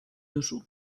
duzu